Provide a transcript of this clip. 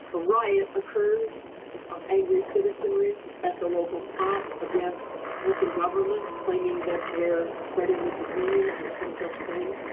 riot occurs of angry citizenry at the local spot against local government, claiming that they're spreading the disease or some such thing,